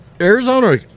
Arizona